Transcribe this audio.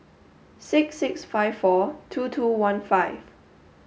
six six five four two two one five